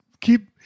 keep